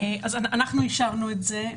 אנחנו אישרנו את זה.